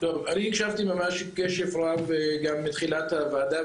אני הקשבתי ממש קשב רב גם מתחילת הוועדה,